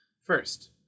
First